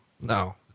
No